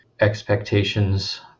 expectations